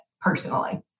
personally